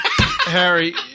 Harry